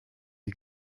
you